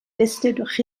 listed